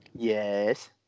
Yes